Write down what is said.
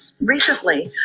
recently